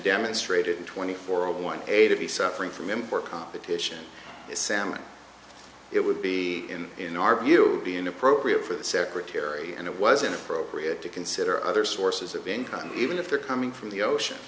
demonstrated in twenty four of one a to be suffering from import competition salmon it would be in our view be inappropriate for the secretary and it was inappropriate to consider other sources of income even if they're coming from the ocean